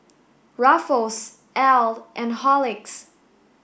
Ruffles Elle and Horlicks